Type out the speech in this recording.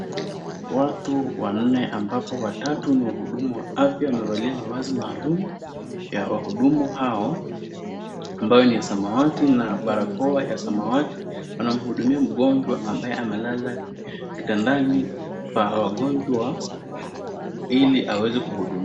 Watu wanne ambapo watatu ni wahudu wa afya wamevalia mavazi maalum ya wahudumu hao ambao ni ya samawati na barakoa ya samawati. Wanahudumia mgonjwa ambaye amelala kitandani pa waagonjwa ili aweze kuhudumiwa.